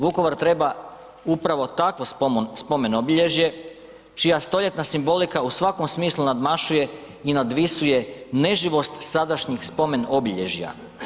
Vukovar treba upravo takvo spomen obilježje čija stoljetna simbolika u svakom smislu nadmašuje i nadvisuje neživost sadašnjih spomen obilježja.